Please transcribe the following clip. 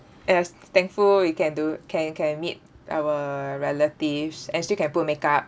yes thankful we can do can can meet our relatives and still can put makeup